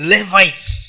Levites